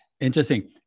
Interesting